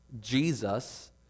Jesus